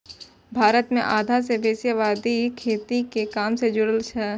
भारत मे आधा सं बेसी आबादी खेती के काम सं जुड़ल छै